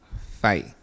Fight